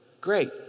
Great